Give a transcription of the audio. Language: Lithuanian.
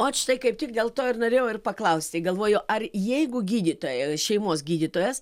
ot štai kaip tik dėl to ir norėjau paklausti galvoju ar jeigu gydytoja šeimos gydytojas